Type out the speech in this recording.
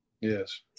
Yes